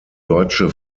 deutsche